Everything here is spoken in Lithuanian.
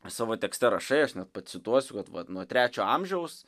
savo tekste rašai aš net pacituosiu kad vat nuo trečio amžiaus